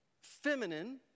feminine